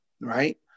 right